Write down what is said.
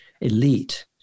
elite